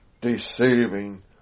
deceiving